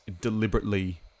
deliberately